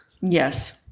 Yes